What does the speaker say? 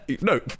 no